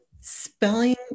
Spelling